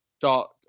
Dark